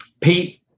Pete